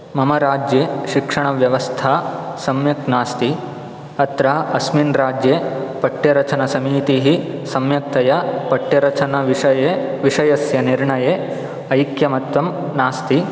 मम राज्ये शिक्षणव्यवस्था सम्यक् नास्ति अत्र अस्मिन् राज्ये पाठ्यरचना समीतिः सम्यक्तया पाठ्यरचनाविषये विषयस्य निर्णये ऐक्यमत्यं नास्ति